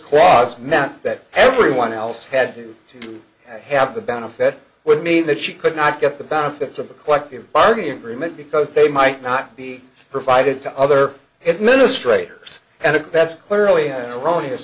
clause meant that everyone else had to have the benefit would mean that she could not get the benefits of a collective bargaining agreement because they might not be provided to other administration and abets clearly erroneous